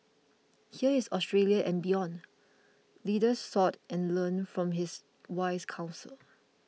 here is Australia and beyond leaders sought and learned from his wise counsel